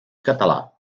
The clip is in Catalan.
català